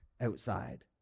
outside